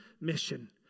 mission